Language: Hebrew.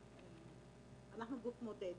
הוא לא מודד